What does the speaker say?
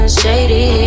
shady